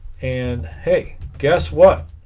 and hey guess what